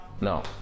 No